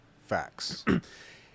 Facts